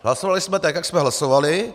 Hlasovali jsme tak, jak jsme hlasovali.